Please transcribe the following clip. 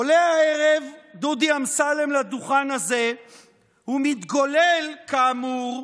עולה הערב דודי אמסלם לדוכן הזה ומתגולל, כאמור,